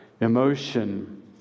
emotion